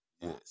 Yes